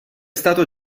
stato